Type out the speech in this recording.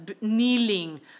kneeling